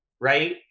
Right